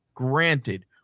Granted